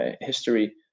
history